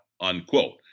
unquote